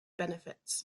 benefits